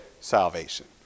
salvation